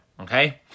Okay